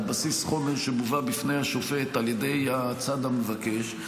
על בסיס חומר שמובא בפני השופט על ידי הצד המבקר.